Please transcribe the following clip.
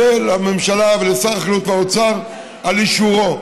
לממשלה ולשר החקלאות ולאוצר על אישורו.